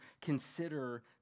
consider